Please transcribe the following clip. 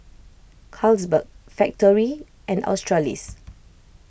Carlsberg Factorie and Australis